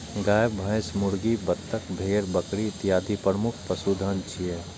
गाय, भैंस, मुर्गी, बत्तख, भेड़, बकरी इत्यादि प्रमुख पशुधन छियै